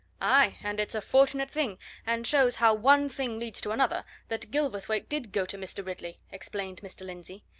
aye and it's a fortunate thing and shows how one thing leads to another that gilverthwaite did go to mr. ridley! explained mr. lindsey.